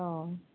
অ